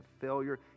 failure